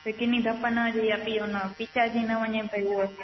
फिकनी दफनि जीअं पिओ न पीसाइजी न वञे भई उहा